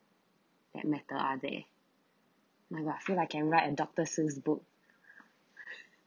that matter are they I got a feel I can write a doctor seuss book